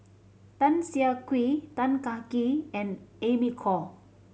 Tan Siah Kwee Tan Kah Kee and Amy Khor